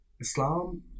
Islam